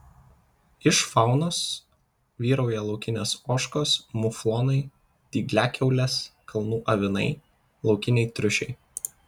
iš faunos vyrauja laukinės ožkos muflonai dygliakiaulės kalnų avinai laukiniai triušiai